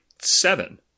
seven